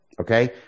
Okay